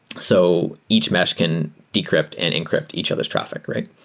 so each mesh can decrypt and encrypt each other's traffic, right?